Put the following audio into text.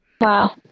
Wow